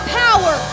power